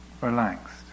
relaxed